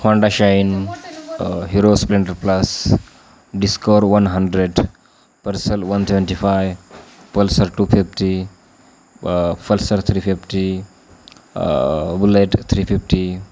Honda shine hero splendor plus discover one hundred pulsar one seventy five pulsar two fifty pulsar three fifty bullet three fifty